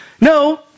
no